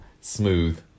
smooth